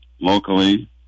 locally